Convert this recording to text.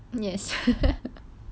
yes